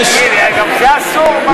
תגיד, גם זה אסור?